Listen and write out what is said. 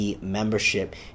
membership